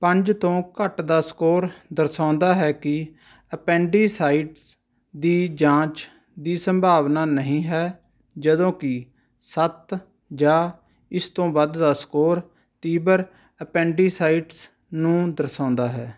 ਪੰਜ ਤੋਂ ਘੱਟ ਦਾ ਸਕੋਰ ਦਰਸਾਉਂਦਾ ਹੈ ਕਿ ਐਪੈਂਡਿਸਾਈਟਿਸ ਦੀ ਜਾਂਚ ਦੀ ਸੰਭਾਵਨਾ ਨਹੀਂ ਹੈ ਜਦੋਂ ਕਿ ਸੱਤ ਜਾਂ ਇਸ ਤੋਂ ਵੱਧ ਦਾ ਸਕੋਰ ਤੀਬਰ ਐਪੈਂਡਿਸਾਈਟਿਸ ਨੂੰ ਦਰਸਾਉਂਦਾ ਹੈ